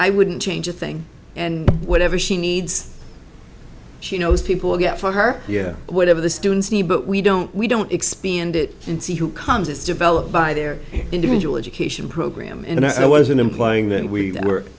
i wouldn't change a thing and whatever she needs she knows people will get for her whatever the students need but we don't we don't expand it and see who comes is developed by their individual education program and i wasn't implying that we w